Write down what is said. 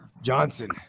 Johnson